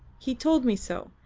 he told me so,